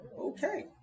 okay